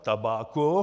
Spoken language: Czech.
Tabáku.